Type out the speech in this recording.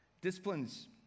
Disciplines